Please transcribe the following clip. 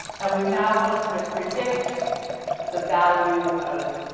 and we now wanna sort of predict the value of